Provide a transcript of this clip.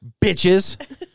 Bitches